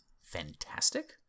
fantastic